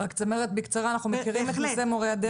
רק צמרת, בקצרה, אנחנו מכירים את נושא מורי הדרך.